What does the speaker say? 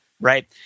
Right